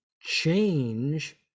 change